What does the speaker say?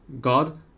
God